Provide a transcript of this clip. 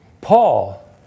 Paul